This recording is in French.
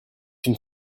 une